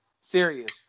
serious